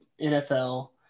NFL